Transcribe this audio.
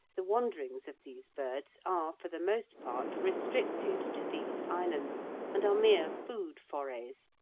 the wanderings of these birds are for the most part restricted to these islands and are mere food forays,